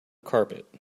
carpet